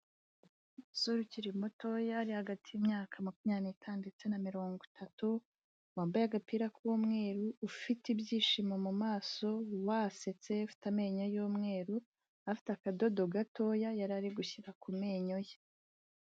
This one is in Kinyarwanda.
Umusore ukiri mutoya ari hagati y'imyaka makumyabiri n'itanu ndetse na mirongo itatu, wambaye agapira k'umweru, ufite ibyishimo mu maso, wasetse, afite amenyo y'umweru, afite akadodo gatoya, yari ari gushyira ku menyo ye.